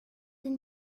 then